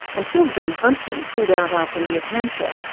until jon huntsman pulled out after new hampshire,